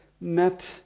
met